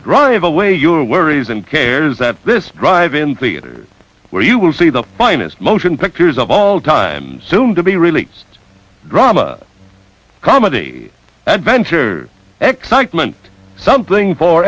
drive away your worries and cares that this drive in theater where you will see the finest motion pictures of all time soon to be really drama comedy adventure excitement something for